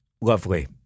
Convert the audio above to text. lovely